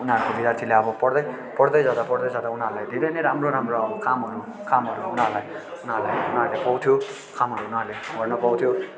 उनीहरूको विद्यार्थीले अब पढ्दै पढ्दै जाँदा पढ्दै जाँदा उनीहरूलाई धेरै नै राम्रो राम्रो कामहरू कामहरू उनीहरूलाई उनीहरूले पाउँथ्यो कामहरू उनीहरूले गर्नु पाउँथ्यो